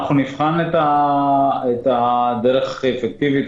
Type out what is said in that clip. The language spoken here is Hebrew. נבחן את הדרך האפקטיבית.